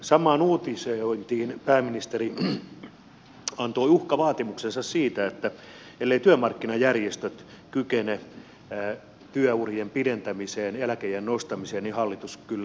samaan uutisointiin pääministeri antoi uhkavaatimuksensa siitä että elleivät työmarkkinajärjestöt kykene työurien pidentämiseen eläkeiän nostamiseen niin hallitus kyllä sen tekee